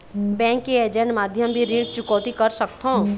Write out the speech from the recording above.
Bank के agent माध्यम भी ऋण चुकौती कर सकथों?